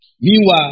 Meanwhile